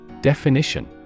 Definition